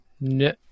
No